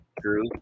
True